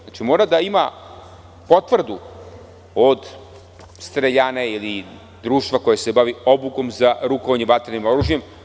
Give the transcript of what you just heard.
Znači, mora da ima potvrdu od streljane ili društva koje se bavi obukom za rukovanjem vatrenim oružjem.